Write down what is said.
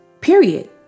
period